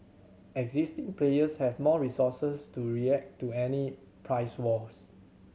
existing players have more resources to react to any price wars